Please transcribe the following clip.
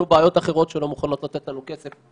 בעיות אחרות שלא מוכנים לתת לנו כסף,